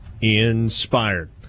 inspired